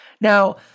Now